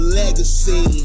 legacy